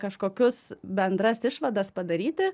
kažkokius bendras išvadas padaryti